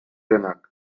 denak